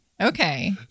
Okay